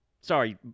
Sorry